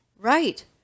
Right